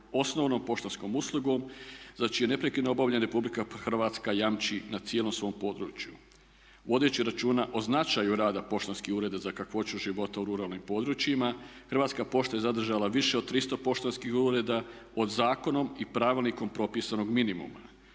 osnovnom poštanskom uslugom za čije neprekidno obavljanje Republika Hrvatska jamči na cijelom svom području. Vodeći računa o značaju rada poštanskih ureda za kakvoću života u ruralnim područjima, Hrvatska pošta je zadržala više od 300 poštanskih ureda od zakonom i Pravilnikom propisanog minimuma.